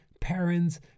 parents